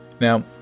Now